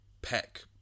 pack